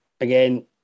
again